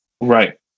Right